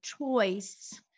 choice